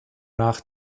nach